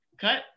cut